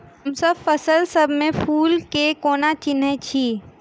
हमसब फसल सब मे फूल केँ कोना चिन्है छी?